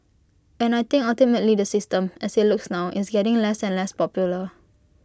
and I think ultimately the system as IT looks now is getting less and less popular